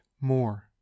more